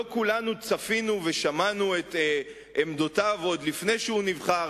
לא כולנו צפינו ושמענו את עמדותיו עוד לפני שהוא נבחר,